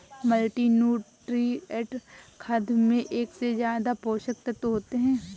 multinutrient खाद में एक से ज्यादा पोषक तत्त्व होते है